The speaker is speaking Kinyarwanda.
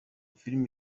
filime